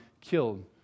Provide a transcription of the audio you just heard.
killed